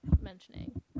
mentioning